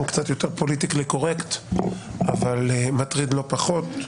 קצת יותר פוליטיקלי קורקט אבל מטריד לא פחות.